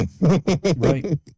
Right